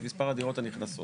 את מספר הדירות הנכנסות.